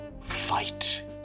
Fight